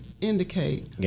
indicate